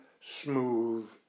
smooth